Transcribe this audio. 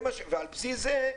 ועל בסיס זה,